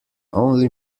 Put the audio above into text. only